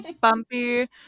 bumpy